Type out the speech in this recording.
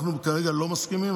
אנחנו כרגע לא מסכימים.